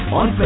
on